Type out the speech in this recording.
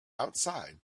outside